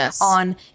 on